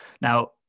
Now